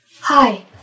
Hi